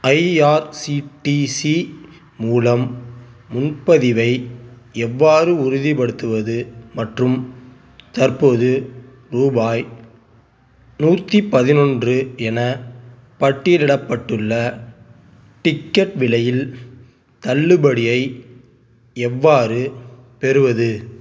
IRCTC மூலம் முன்பதிவை எவ்வாறு உறுதிப்படுத்துவது மற்றும் தற்போது ரூபாய் நூற்றி பதினொன்று என பட்டியலிடப்பட்டுள்ள டிக்கெட் விலையில் தள்ளுபடியை எவ்வாறு பெறுவது